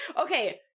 Okay